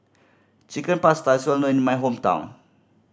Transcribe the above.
Chicken Pasta is well known in my hometown